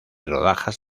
rodajas